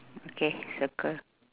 okay circle